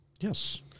Yes